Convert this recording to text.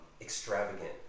extravagant